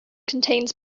contains